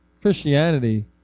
Christianity